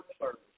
service